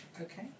Okay